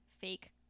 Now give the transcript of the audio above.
fake